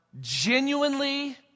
genuinely